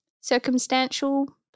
circumstantial